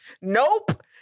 nope